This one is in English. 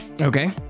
Okay